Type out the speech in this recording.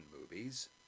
movies